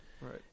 Right